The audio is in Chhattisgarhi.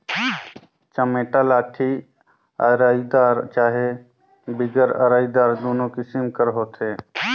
चमेटा लाठी अरईदार चहे बिगर अरईदार दुनो किसिम कर होथे